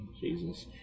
Jesus